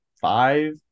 five